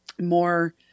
more